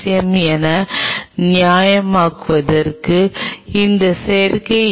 M என நாணயமாக்குபவர்கள் இந்த செயற்கை ஈ